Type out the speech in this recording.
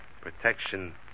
Protection